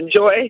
enjoy